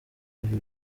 ibi